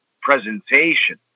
presentation